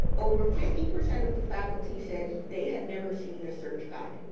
over fifty percent of of the faculty said, they had never seen a search guide.